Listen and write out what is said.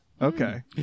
Okay